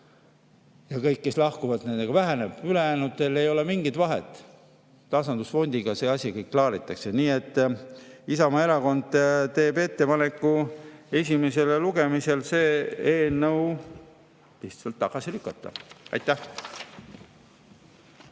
puhul, kes lahkuvad, see väheneb. Ülejäänutel ei ole mingit vahet. Tasandusfondiga see asi kõik klaaritakse. Isamaa Erakond teeb ettepaneku esimesel lugemisel see eelnõu lihtsalt tagasi lükata. Aitäh!